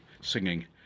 singing